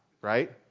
right